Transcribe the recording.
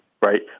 Right